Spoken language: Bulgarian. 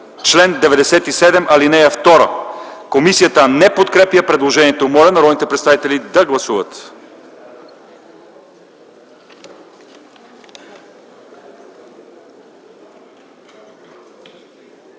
чл. 97, ал. 2. Комисията не подкрепя предложението. Моля народните представители да гласуват.